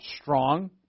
strong